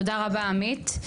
תודה רבה עמית.